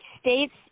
states